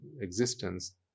existence